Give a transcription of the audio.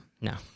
No